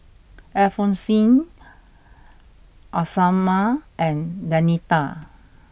Alphonsine Isamar and Danita